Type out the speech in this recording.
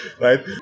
right